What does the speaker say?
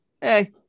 Hey